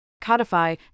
Codify